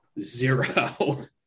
Zero